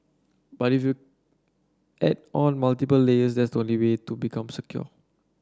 but if you add on multiple layers that's the only way to become secure